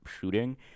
shooting